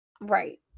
Right